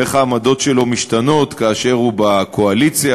ואיך העמדות שלו משתנות כאשר הוא בקואליציה,